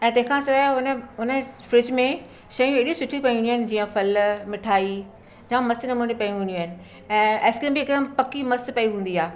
ऐं तंहिंखां सवाइ उन उन फ्रिज में शयूं एॾियूं सुठियूं पयूं हूंदियूं आहिनि जीअं फल मिठाई जामु मस्तु नमूने पई हूंदियूं आहिनि ऐं आइस्क्रीम बि हिकदमि पकी मस्तु पई हूंदी आहे